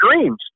dreams